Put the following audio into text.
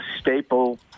staple